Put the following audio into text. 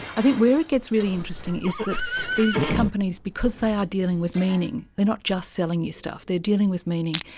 i think where it gets really interesting is that these companies, because they are dealing with meaning, they are not just selling you stuff, they are dealing with meaning,